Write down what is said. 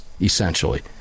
essentially